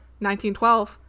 1912